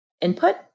input